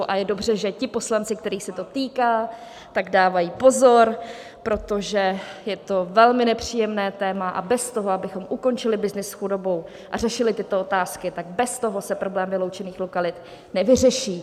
A je dobře, že poslanci, kterých se to týká, dávají pozor, protože je to velmi nepříjemné téma, a bez toho, abychom ukončili byznys s chudobou a řešili tyto otázky, tak bez toho se problém vyloučených lokalit nevyřeší.